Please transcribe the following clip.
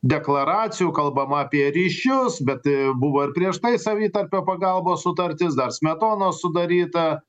deklaracijų kalbama apie ryšius bet buvo ir prieš tai savitarpio pagalbos sutartis dar smetonos sudaryta